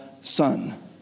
Son